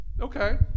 Okay